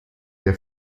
der